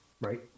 Right